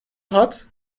hat